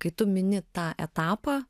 kai tu mini tą etapą